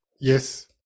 Yes